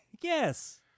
Yes